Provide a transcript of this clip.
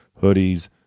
hoodies